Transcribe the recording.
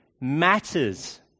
matters